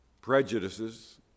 prejudices